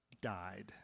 died